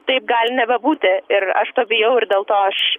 taip gali nebebūti ir aš to bijau ir dėl to aš